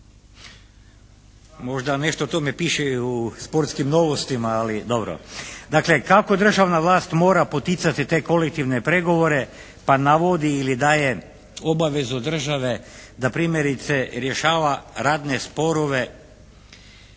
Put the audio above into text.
možda nešto o tome piše i u Sportskim novostima, ali dobro. Dakle kako državna vlast mora poticati te kolektivne pregovore pa navodi ili daje obavezu države da primjerice rješava radne sporove